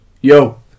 Yo